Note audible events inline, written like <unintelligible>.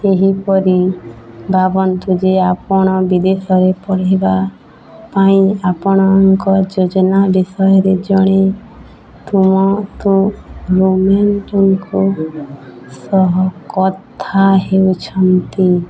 ଏହିପରି ଭାବନ୍ତୁ ଯେ ଆପଣ ବିଦେଶରେ ପଢ଼ିବା ପାଇଁ ଆପଣଙ୍କ ଯୋଜନା ବିଷୟରେ ଜଣେ ତୁମ ତୁ <unintelligible> ସହ କଥା ହେଉଛନ୍ତି